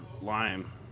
lime